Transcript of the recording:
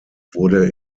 wurde